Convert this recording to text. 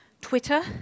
Twitter